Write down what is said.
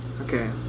Okay